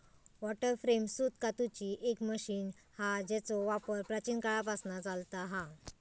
water frame सूत कातूची एक मशीन हा जेचो वापर प्राचीन काळापासना चालता हा